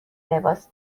لباس